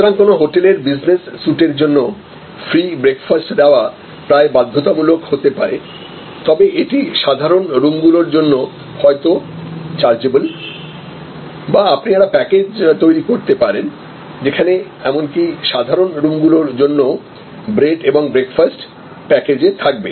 সুতরাং কোনও হোটেলের বিজনেস সুট এর জন্য ফ্রি ব্রেকফাস্ট দেওয়া প্রায় বাধ্যতামূলক হতে পারে তবে এটি সাধারণ রুমগুলির জন্য হয়তো চার্জেবল বা আপনি একটি প্যাকেজ তৈরি করতে পারেন যেখানে এমনকি সাধারণ রুমগুলির জন্যও ব্রেড এবং ব্রেকফাস্ট প্যাকেজে থাকবে